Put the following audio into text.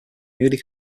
newly